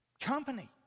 company